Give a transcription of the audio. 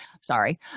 Sorry